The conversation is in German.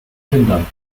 kindern